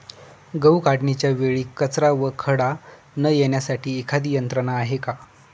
गहू काढणीच्या वेळी कचरा व खडा न येण्यासाठी एखादी यंत्रणा आहे का?